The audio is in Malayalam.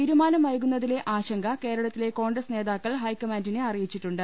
തീരുമാനം വൈകുന്നതിലെ ആശങ്ക കേരളത്തിലെ കോൺഗ്രസ് നേതാക്കൾ ഹൈക്കമാന്റിനെ അറിയിച്ചിട്ടുണ്ട്